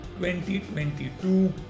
2022